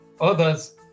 others